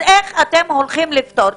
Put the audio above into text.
אז איך אתם הולכים לפתור?